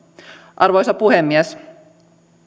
arvoisa puhemies